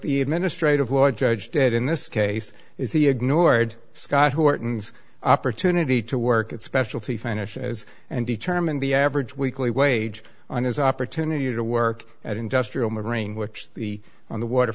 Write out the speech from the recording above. the administrative law judge did in this case is he ignored scott horton opportunity to work at specialty finance as and determine the average weekly wage on his opportunity to work at industrial mcgrane which the on the water